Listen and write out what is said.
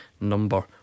Number